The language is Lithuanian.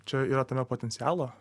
čia yra tame potencialo